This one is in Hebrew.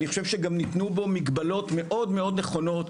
אני חושב שגם ניתנו בו מגבלות מאוד מאוד נכונות.